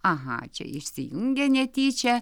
aha čia išsijungė netyčia